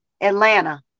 Atlanta